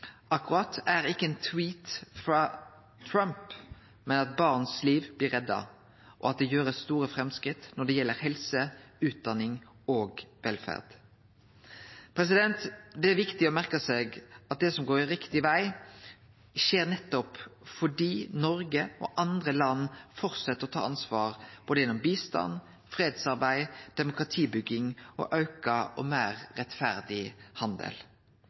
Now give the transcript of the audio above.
no, er ikkje ein tweet frå Trump, men at barneliv blir redda, og at det blir gjort store framsteg når det gjeld helse, utdanning og velferd. Det er viktig å merke seg at det som går riktig veg, skjer nettopp fordi Noreg og andre land fortset å ta ansvar, gjennom både bistand, fredsarbeid, demokratibygging og auka og meir rettferdig handel.